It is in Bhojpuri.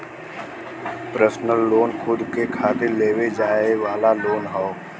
पर्सनल लोन खुद के खातिर लेवे जाये वाला लोन हौ